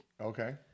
Okay